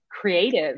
creative